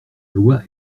loi